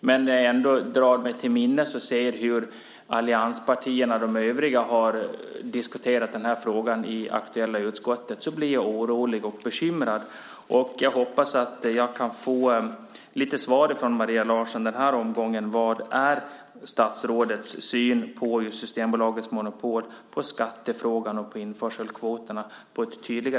Men när jag drar mig till minnes och ser hur de övriga allianspartierna har diskuterat frågan i det aktuella utskottet blir jag orolig och bekymrad. Jag hoppas att jag på ett tydligare sätt kan få svar från Maria Larsson i den här omgången. Vad är statsrådets syn på Systembolagets monopol, på skattefrågan och på införselkvoterna?